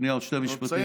עוד שני משפטים.